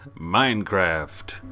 Minecraft